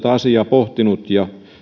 asiaa pohtinut ja